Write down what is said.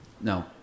no